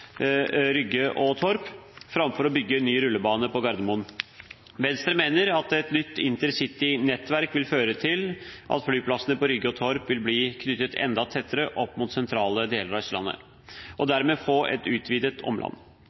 Rygge og Torp framfor å bygge ny rullebane på Gardermoen. Venstre mener at et nytt intercity-nettverk vil føre til at flyplassene på Rygge og Torp vil bli knyttet enda tettere opp mot sentrale deler av Østlandet og dermed få et utvidet omland.